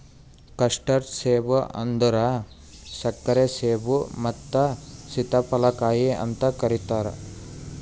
custard ಸೇಬ ಅಂದುರ್ ಸಕ್ಕರೆ ಸೇಬು ಮತ್ತ ಸೀತಾಫಲ ಕಾಯಿ ಅಂತ್ ಕರಿತಾರ್